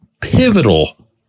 pivotal